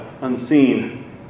unseen